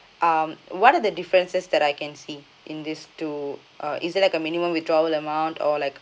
um what are the differences that I can see in these two uh is there like a minimum withdrawal amount or like